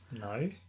No